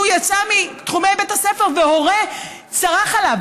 שהוא יצא מתחומי בית הספר והורה צרח עליו,